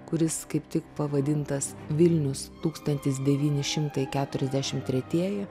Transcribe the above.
kuris kaip tik pavadintas vilnius tūkstantis devyni šimtai keturiasdešim tretieji